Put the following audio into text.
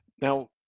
Now